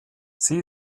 sie